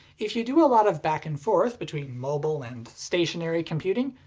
if you do a lot of back-and-forth between mobile and stationary computing,